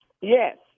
Yes